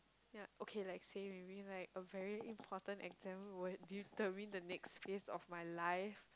ya okay like say maybe like a very important exam would determine the next phase of my life